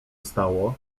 stało